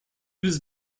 was